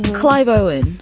clive owen.